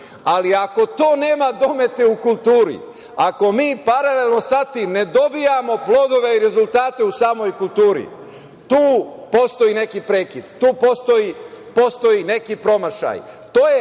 ali ako to nema domete u kulturi, ako mi paralelno sa tim ne dobijamo plodove i rezultate u samoj kulturi tu postoji neki prekid, tu postoji neki promašaj,